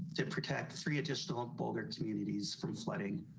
to protect three additional folder communities from flooding.